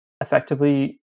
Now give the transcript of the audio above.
effectively